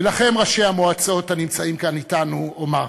ולכם, ראשי המועצות הנמצאים כאן אתנו, אומר,